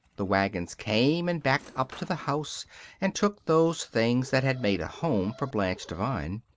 the wagons came and backed up to the house and took those things that had made a home for blanche devine.